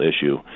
issue